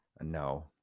No